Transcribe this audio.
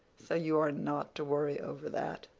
so you are not to worry over that.